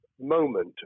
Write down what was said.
moment